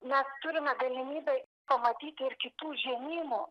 mes turime galimybę pamatyti ir kitų žemynų